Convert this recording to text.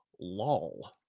Lol